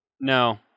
No